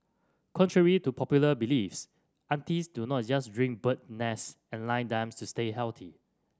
contrary to popular beliefs aunties do not just drink bird's nest and line dance to stay healthy